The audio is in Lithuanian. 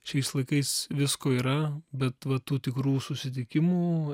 šiais laikais visko yra bet va tų tikrų susitikimų